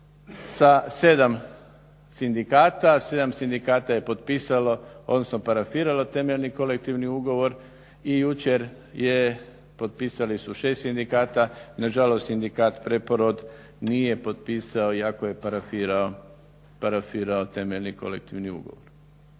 sa 7 sindikata. 7 sindikata je potpisalo odnosno parafiralo temeljni kolektivni ugovor i jučer je popisali su 6 sindikata, nažalost Sindikat Preporod nije potpisao iako je parafirao temeljni kolektivni ugovor.